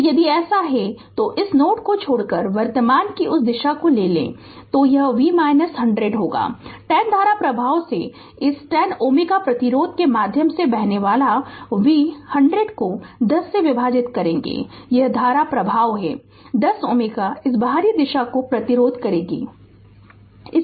तो यदि ऐसा है तो यदि इस नोड को छोड़कर वर्तमान की उस दिशा को ले लें तो यह V 100 होगा 10 धारा प्रवाह से इस 10 Ω प्रतिरोध के माध्यम से बहने वाला V 100 को 10 से विभाजित करेगे यह धारा प्रवाह है 10 Ω इस बाहरी बाहरी दिशा का प्रतिरोध करेगी